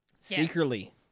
Secretly